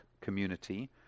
community